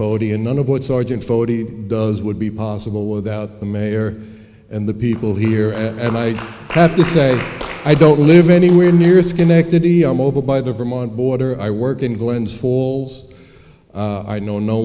foti and none of what sergeant foti does would be possible without the mayor and the people here and i have to say i don't live anywhere near schenectady i'm over by the vermont border i work in glens falls i know no